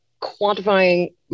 quantifying